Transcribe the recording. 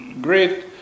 great